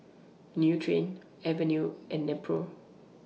Nutren Avene and Nepro